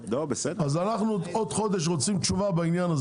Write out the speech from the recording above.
אנחנו רוצים עוד חודש תשובה בעניין,